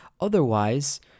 Otherwise